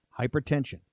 hypertension